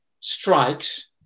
strikes